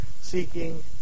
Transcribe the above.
seeking